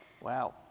Wow